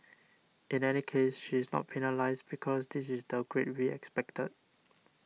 in any case she is not penalised because this is the grade we expected